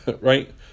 right